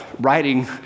writing